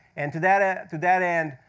and to that ah to that end,